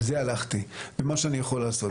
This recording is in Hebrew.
על זה הלכתי, במה שאני יכול לעשות.